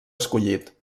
escollit